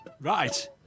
right